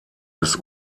des